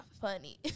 funny